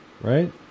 right